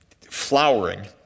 flowering